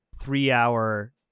three-hour